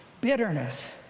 Bitterness